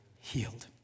healed